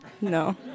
No